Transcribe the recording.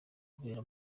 kubera